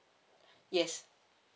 yes